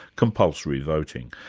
compulsory voting.